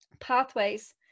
pathways